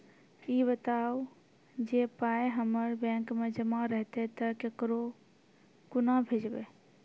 ई बताऊ जे पाय हमर बैंक मे जमा रहतै तऽ ककरो कूना भेजबै?